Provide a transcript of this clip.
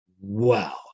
wow